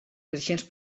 creixents